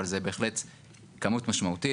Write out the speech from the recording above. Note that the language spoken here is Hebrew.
אבל זה בהחלט כמות משמעותית,